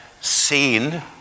seen